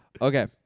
Okay